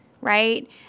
right